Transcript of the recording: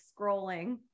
scrolling